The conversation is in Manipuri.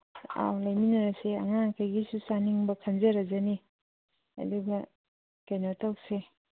ꯑꯧ ꯂꯩꯃꯤꯟꯅꯔꯁꯦ ꯑꯉꯥꯡꯈꯩꯒꯤꯁꯨ ꯆꯥꯅꯤꯡꯕ ꯈꯟꯖꯔꯁꯅꯤ ꯑꯗꯨꯒ ꯀꯩꯅꯣ ꯇꯧꯁꯤ